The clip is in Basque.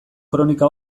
kronika